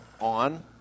On